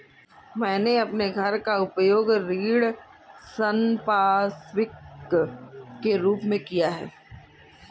मैंने अपने घर का उपयोग ऋण संपार्श्विक के रूप में किया है